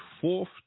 fourth